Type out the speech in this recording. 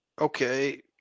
okay